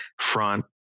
front